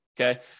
okay